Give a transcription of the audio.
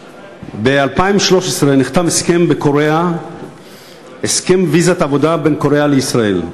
ב-2013 נחתם בקוריאה הסכם ויזת עבודה בין קוריאה לישראל.